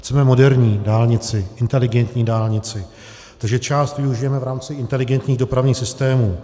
Chceme moderní dálnici, inteligentní dálnici, takže část využijeme v rámci inteligentních dopravních systémů.